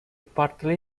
partly